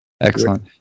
Excellent